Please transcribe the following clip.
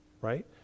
right